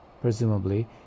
Presumably